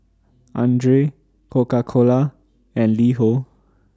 Andre Coca Cola and LiHo